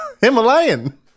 Himalayan